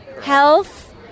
health